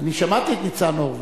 אני שמעתי את ניצן הורוביץ,